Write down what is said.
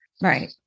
Right